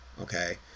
okay